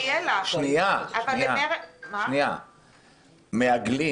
אבל מעגלים